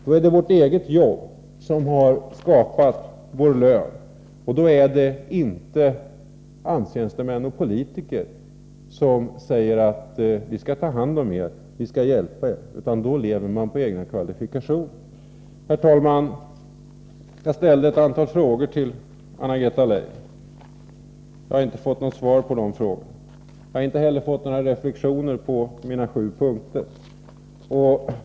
Då är det vårt eget jobb som har skapat vår lön, och då är det inte AMS-tjänstemän och politiker som säger: Vi skall ta hand om er, vi skall hjälpa er, utan då lever man på egna kvalifikationer. Herr talman! Jag ställde ett antal frågor till Anna-Greta Leijon. Jag har inte fått något svar på de frågorna. Jag har inte heller fått höra några reflexioner kring mina sju punkter.